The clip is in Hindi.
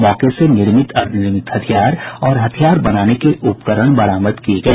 मौके से निर्मित अर्द्धनिर्मित हथियार और हथियार बनाने के उपकरण बरामद किये गए हैं